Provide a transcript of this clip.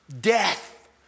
Death